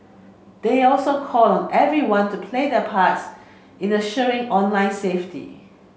they also called on everyone to play their parts in the ensuring online safety